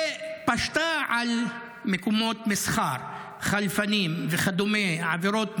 ופשטה על מקומות מסחר, חלפנים וכדומה, עבירות מס.